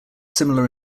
similar